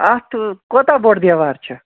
اَتھٕ کوتاہ بوٚڑ دیوار چھُ